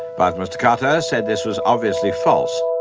but mr carter said this was obviously false.